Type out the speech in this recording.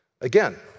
Again